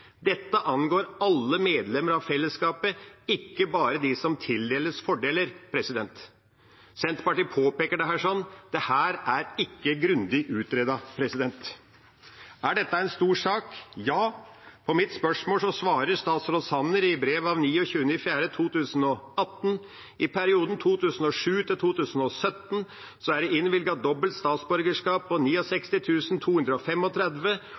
dette «angår alle medlemmer av fellesskapet – ikke bare dem som blir tildelt fordelene». Senterpartiet påpeker også dette. Dette er ikke grundig utredet. Er dette en stor sak? Ja. På mitt spørsmål svarer statsråd Sanner i brev av 4. mai 2018 at det i perioden 2007–2017 er innvilget dobbelt statsborgerskap for totalt 135 000 mennesker på